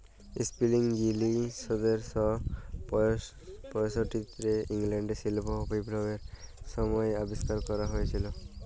spinning যিলি সতের শ পয়ষট্টিতে ইংল্যাল্ডে শিল্প বিপ্লবের ছময় আবিষ্কার ক্যরা হঁইয়েছিল